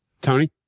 Tony